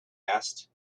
asked